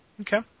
Okay